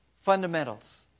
fundamentals